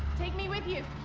take me with you,